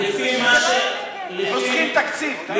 חוסכים תקציב.